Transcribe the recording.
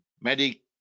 Medic